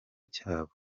cyabo